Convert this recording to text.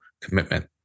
commitment